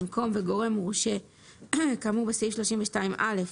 במקום "וגורם מורשה כאמור בסעיף 32(א)